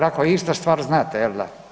Ako je ista stvar znate jel da.